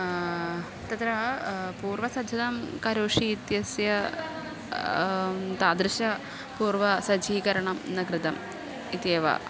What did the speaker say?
तत्र पूर्वसज्जतां करोषि इत्यस्य तादृश पूर्वसज्जीकरणं न कृतम् इत्येव